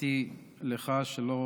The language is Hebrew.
תודתי לך שלא